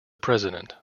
president